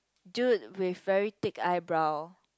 dude with very thick eyebrow